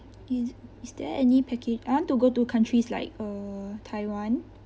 is is there any package I want to go to countries like uh taiwan